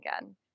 again